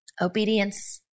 obedience